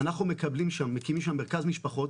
אנחנו מקימים שם מרכז משפחות.